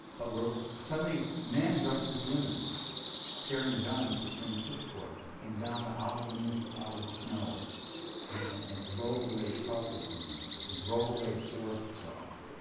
but where suddenly men dressed as women carrying guns, or carrying pitchforks, came down out of the mists, out of the snow and and drove away charcoal burners and drove away forest guards.